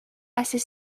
assez